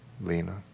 Lena